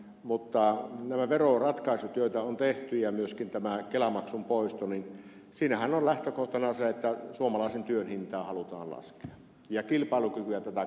mutta nämä veroratkaisut joita on tehty ja myöskin tämä kelamaksun poisto niin siinähän on lähtökohtana se että suomalaisen työn hintaa halutaan laskea ja kilpailukykyä tätä kautta varmentaa